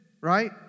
right